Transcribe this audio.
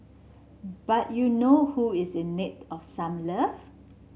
but you know who is in need of some love